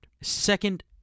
Second